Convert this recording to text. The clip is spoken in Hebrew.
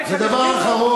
זה דבר אחרון.